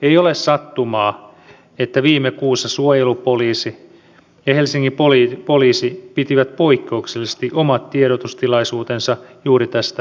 ei ole sattumaa että viime kuussa suojelupoliisi ja helsingin poliisi pitivät poikkeuksellisesti omat tiedotustilaisuutensa juuri tästä aiheesta